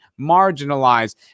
marginalized